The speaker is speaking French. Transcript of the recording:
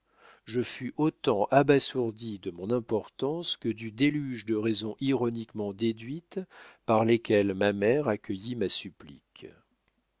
je fus autant abasourdi de mon importance que du déluge de raisons ironiquement déduites par lesquelles ma mère accueillit ma